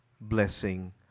blessing